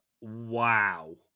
Wow